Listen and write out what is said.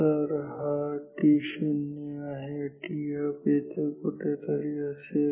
तर हा t0 आहे thalf येथे कुठेतरी असेल